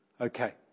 Okay